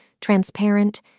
transparent